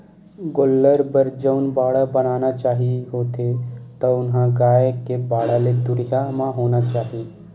गोल्लर बर जउन बाड़ा बनाना चाही होथे तउन ह गाय के बाड़ा ले दुरिहा म होना चाही